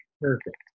Perfect